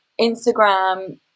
Instagram